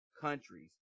countries